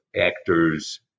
actors